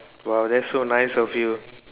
!wow! that's so nice of you